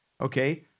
okay